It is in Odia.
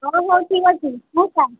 ହେଉ ହେଉ ଠିକ ଅଛି ମଉସା